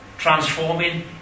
Transforming